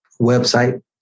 website